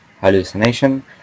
hallucination